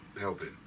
helping